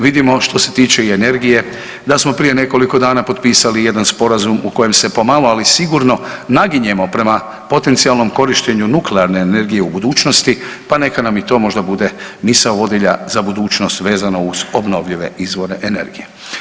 Vidimo što se tiče i energije da smo prije nekoliko dana potpisali jedan sporazum u kojem se pomalo, ali sigurno naginjemo prema potencijalnom korištenju nuklearne energije u budućnosti, pa neka nam i to možda bude misao vodilja za budućnost vezano uz obnovljive izvore energije.